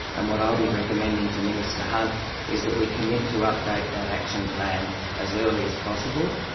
and what i'll be recommending to minister hunt is that we commit to update that action plan as early as possible,